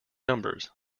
numbers